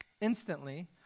instantly